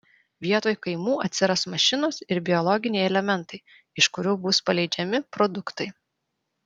vietoj kaimų atsiras mašinos ir biologiniai elementai iš kurių bus paleidžiami produktai